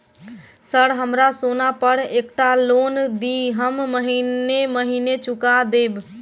Sir हमरा सोना पर एकटा लोन दिऽ हम महीने महीने चुका देब?